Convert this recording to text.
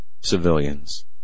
civilians